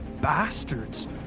bastards